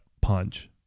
punch